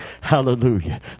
hallelujah